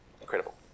incredible